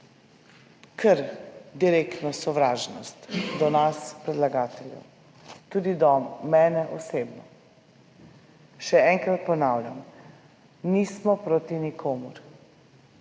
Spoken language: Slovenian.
kar direktno sovražnost do nas predlagateljev, tudi do mene osebno. Še enkrat ponavljam, nismo proti nikomur.